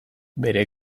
bere